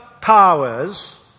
powers